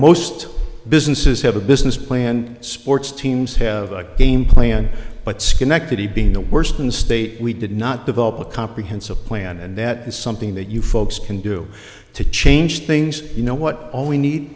most businesses have a business plan sports teams have a game plan but schenectady being the worst in the state we did not develop a comprehensive plan and that is something that you folks can do to change things you know what all we need